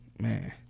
man